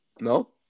No